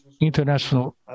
international